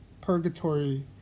purgatory